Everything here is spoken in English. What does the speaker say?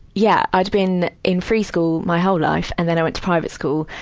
yeah. i'd been in free school my whole life, and then i went to private school.